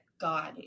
God